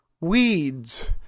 Weeds